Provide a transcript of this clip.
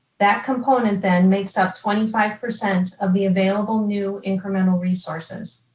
that component then makes up twenty five percent of the available new incremental resources.